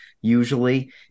usually